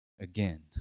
again